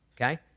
Okay